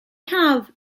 have